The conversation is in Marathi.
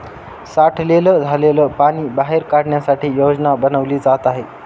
साठलेलं झालेल पाणी बाहेर काढण्यासाठी योजना बनवली जात आहे